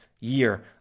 year